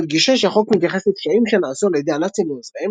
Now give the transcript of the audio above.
המדגישה שהחוק מתייחס לפשעים שנעשו על ידי הנאצים ועוזריהם